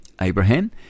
Abraham